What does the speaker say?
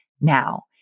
now